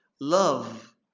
Love